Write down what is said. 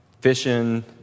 fishing